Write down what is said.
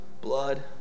blood